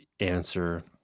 answer